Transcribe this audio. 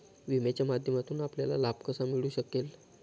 विम्याच्या माध्यमातून आपल्याला लाभ कसा मिळू शकेल?